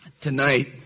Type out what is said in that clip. tonight